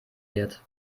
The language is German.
wird